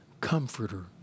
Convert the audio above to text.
comforter